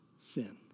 sin